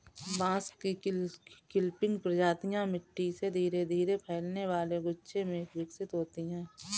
बांस की क्लंपिंग प्रजातियां मिट्टी से धीरे धीरे फैलने वाले गुच्छे में विकसित होती हैं